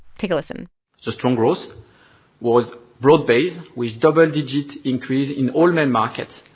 take a listen the strong growth was broad based with double-digit increases in all main markets,